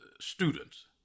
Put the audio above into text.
students